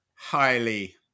highly